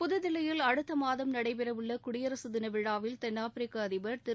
புதுதில்லியில் அடுத்த மாதம் நடைபெறவுள்ள குடியரசு தின விழாவில் தென்னாப்பிரிக்க அதிபர் திரு